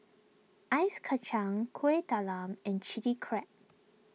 Ice Kachang Kuih Talam and Chilli Crab